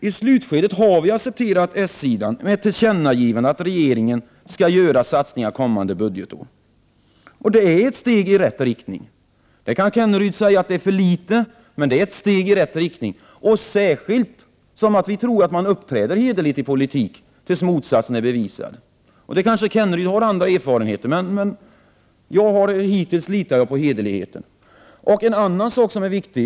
I slutskedet accepterade dock den socialdemokratiska sidan ett tillkännagivande att regeringen skall göra satsningar kommande budgetår. Det är ett 121 steg i rätt riktning. Kenneryd kan säga att det är för litet, men det är ett steg i rätt riktning. Det är det särskilt som vi tror att man uppträder hederligt i politik till dess motsatsen är bevisad. Det kanske Kenneryd har andra erfarenheter av. Jag litar hittills på hederligheten. En annan sak är viktig.